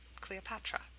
Cleopatra